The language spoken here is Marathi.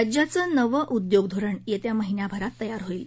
राज्याचं नवं उद्योग धोरण यखी महिन्याभरात तयार होईल